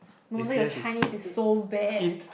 no wonder your Chinese is so bad